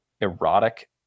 erotic